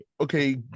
okay